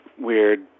weird